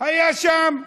היה שם,